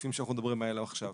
לסעיפים שאנחנו מדברים עליהם עכשיו.